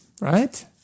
Right